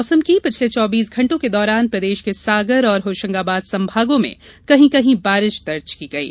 मौसम पिछले चौबीस घंटों के दौरान प्रदेश के सागर और होशंगाबाद संभागों में कही कही बारिश दर्ज की गयी